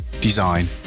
design